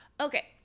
okay